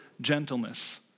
gentleness